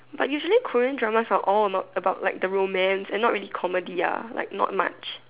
but usually Korean dramas for all about about like the romance and not really comedy ah like not much